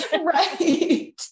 Right